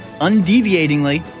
undeviatingly